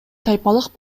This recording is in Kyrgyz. тайпалык